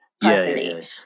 personally